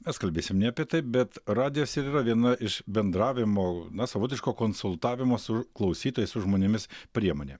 mes kalbėsim ne apie tai bet radijas ir yra viena iš bendravimo na savotiško konsultavimo su klausytojais su žmonėmis priemonė